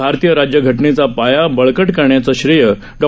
भारतीय राज्यघ नेचा पाया बळक करण्याचं श्रेय डॉ